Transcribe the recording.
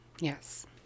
yes